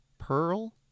Pearl